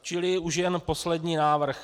Čili už jen poslední návrh.